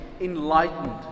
enlightened